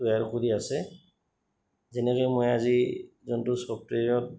তৈয়াৰ কৰি আছে যেনেকে মই আজি যোনটো ছফ্টৱেৰত